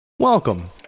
Welcome